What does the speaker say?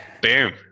Boom